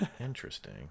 interesting